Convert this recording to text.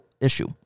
issue